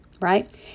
right